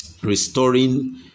restoring